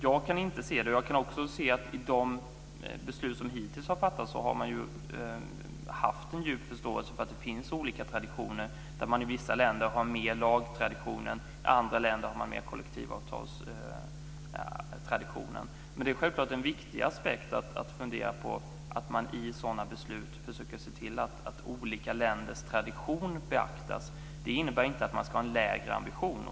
Jag kan också se att i de beslut som hittills har fattats har man haft en djup förståelse för att det finns olika traditioner. I vissa länder har man mer lagtraditioner och i andra länder har man mer kollektivavtalstraditioner. Det är självfallet en viktig aspekt att fundera över, så att man i sådana beslut kan försöka se till att olika länders tradition beaktas. Det innebär inte att man ska ha en lägre ambition.